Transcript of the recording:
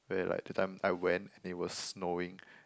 where like that time I went and it was snowing